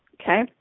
Okay